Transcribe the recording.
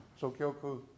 Sokyoku